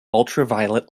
ultraviolet